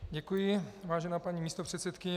Děkuji, vážená paní místopředsedkyně.